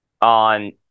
on